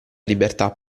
libertà